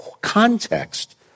context